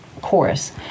chorus